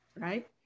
right